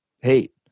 hate